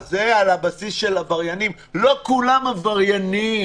זה על הבסיס של עבריינים לא כולם עבריינים,